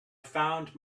found